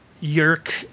yerk